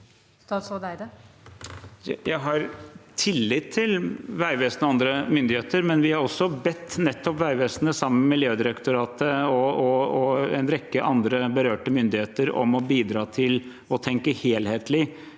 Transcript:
Jeg har tillit til Vegvesenet og andre myndigheter, men vi har også bedt nettopp Vegvesenet, sammen med Miljødirektoratet og en rekke andre berørte myndighetsorganer, om å bidra til å tenke helhetlig